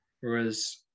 Whereas